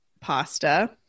pasta